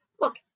Look